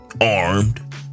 armed